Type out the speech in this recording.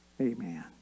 amen